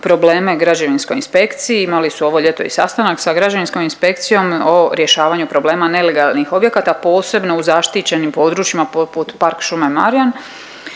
probleme građevinskoj inspekciji, imali su ovo ljeto i sastanak sa građevinskom inspekcijom o rješavanju problema nelegalnih objekata, posebno u zaštićenim područjima poput park šume Marjan.